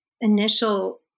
initial